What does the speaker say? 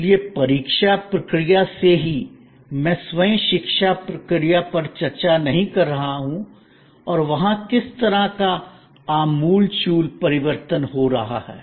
इसलिए परीक्षा प्रक्रिया से ही मैं स्वयं शिक्षा प्रक्रिया पर चर्चा नहीं कर रहा हूं और वहां किस तरह का आमूलचूल परिवर्तन हो रहा है